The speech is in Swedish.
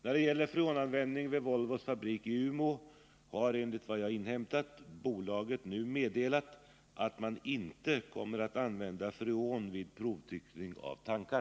När det gäller freonanvändningen vid Volvos fabrik i Umeå har, enligt vad jag har inhämtat, bolaget nu meddelat att man inte kommer att använda freon vid provtryckning av tankar.